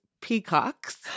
Peacocks